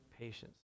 patience